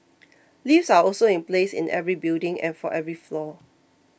lifts are also in place in every building and for every floor